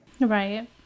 Right